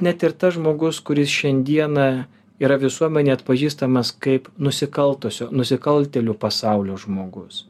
net ir tas žmogus kuris šiandieną yra visuomenėj atpažįstamas kaip nusikaltusio nusikaltėlių pasaulio žmogus